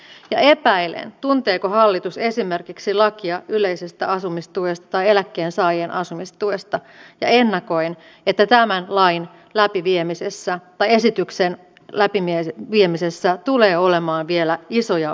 ja epäilen tunteeko hallitus esimerkiksi lakia yleisestä asumistuesta tai eläkkeensaajien asumistuesta ja ennakoin että tämän esityksen läpiviemisessä tulee olemaan vielä isoja ongelmia